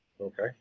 okay